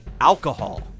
alcohol